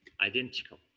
identical